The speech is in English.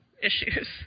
issues